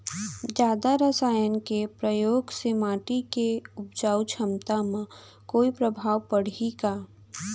जादा रसायन के प्रयोग से माटी के उपजाऊ क्षमता म कोई प्रभाव पड़ही का?